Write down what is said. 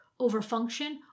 overfunction